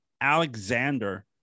Alexander